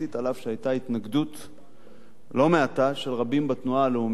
אף שהיתה התנגדות לא מעטה של רבים בתנועה הלאומית,